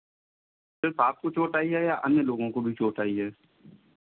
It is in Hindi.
सिर्फ आपको चोट आई है या अन्य लोगों को भी चोट आई है